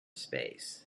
space